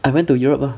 I went to europe ah